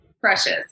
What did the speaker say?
precious